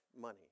money